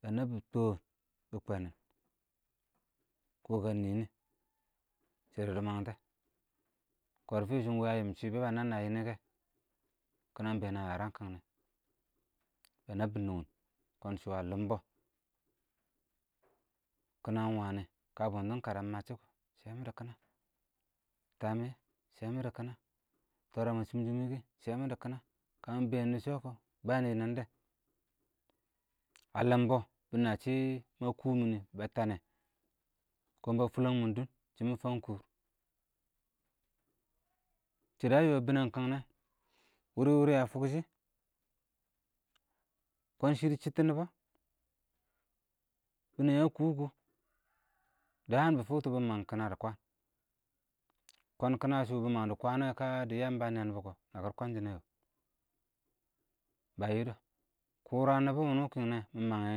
bə nə bɪ tɔɔn bɪ kwənɪn, kɔɔkə nɪnɪ,shɪdɪ dɪ məng tɛ, kɔrfɪ ɪng shʊ ɪng wɛ ə yɪm shɪ bɛ bə nənn yɪ kɛ, kɪnə ɪng bɛɛn ə yərəm kɪng nɛ, bɛ nəbɪ nʊngɪn, kɔɔn shɔ ə lɪmbɔ, kɪnə ɪng wənɪ, kə bɪ nʊng ɪng kərən məchɪ, sɛ mɪdɪ kɪnə, kəmɪ sɛ mɪdɪ kɪnə, kɪnɪn twərə mə, chʊm-chʊm kɪ, sɛmɪ dɪ kɪnə, kə mɪ bɛɛn dɪ shɔ kɔ bənɪ nɛndɛ, ə lɪmbɔ, bɪ nəsshɪ, bə kɔɔ mɪnɪ bə tənnɛ, kʊun kɔ fʊləng mɪn dɔ, shɪmɪ fəng kʊʊr, shɪdɔ ə bɪnɛng kɪngnɛ, wɪrɪ-wɪrɪ ə fʊkshɪ kɔɔn shɪdɪ shɪttɔ nɪbɔ, bɛnɛng yə kʊ-kʊ, dəən bɪ fʊktɔ bɪ məng kɪnə dɪ kwən, kɔɔn kɪnə shʊ bɪməng dɪ kwən nə dɪ yəmbə ə nɛnbʊ kɔ nəkɪr kwəshɪnɛ, bə yɪdɔ, kʊrə ə nɪbʊ yʊnʊ kɪng nɛ, bɪ mənghɛ,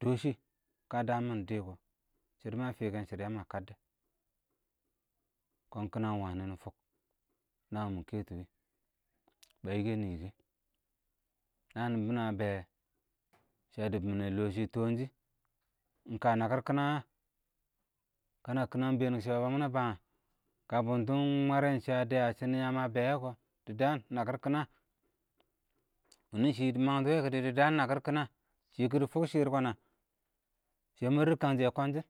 dɔɔshɪ, kə dəəm mɪn dɪkɔ, shɪdɔ mə fɪkɛ ɪng shɪdo yə mə kəndɛ, kɔɔn kɪnə ɪng wənɪ nɪ fʊk, nəən mɪ kɛtʊ wɪɪ, ə yɪkɛnɪ, nəən nɪn bɪnɪ ə bɛ, shɪ ə dɪbɪnɛ lɔɔ shɪ tɔɔn jɪn, ɪng kə nəkɪr kɪnə yɛ? kənə kɪna ɪng bɛɛn kɔ shɪ bə bəən mɪnɛ bəən yə? kə bʊntʊ mwərɛ shɪ ə dɛɛ ə shɪnɪ yəəm ə bɛ wɛ kɔɔ, dɪ dəən ɪng nəkɪr kɪnə, wɪnɪ ɪng shɪ dɪ məng tɔ yɛ kɪdɪ dɪ dəən ɪn nəkɪr kɪnə, shɪ kɪdɪ fʊk shɪrr kwənə? shɪ məər kəngshɪyɛ kwənshɛ.